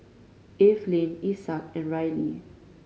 Eveline Isaak and Rylie